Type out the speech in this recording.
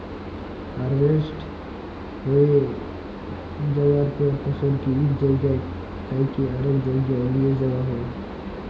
harvest হঁয়ে যাউয়ার পর ফসলকে ইক জাইগা থ্যাইকে আরেক জাইগায় লিঁয়ে যাউয়া হ্যয়